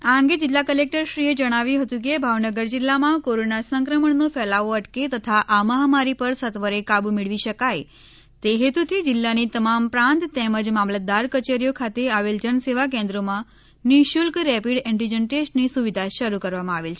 આ અંગે જિલ્લા કલેકટરશ્રીએ જણાવ્યું હતું કે ભાવનગર જિલ્લામાં કોરોના સંક્રમણનો ફેલાવો અટકે તથા આ મહામારી પર સત્વરે કાબુ મેળવી શકાય તે હેતુથી જિલ્લાની તમામ પ્રાંત તેમજ મામલતદાર કચેરીઓ ખાતે આવેલ જનસેવા કેન્દ્રોમાં નિઃશુલ્ક રેપીડ એન્ટીજન ટેસ્ટની સુવિધા શરૂ કરવામાં આવેલ છે